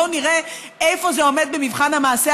בואו נראה איפה זה עומד במבחן המעשה,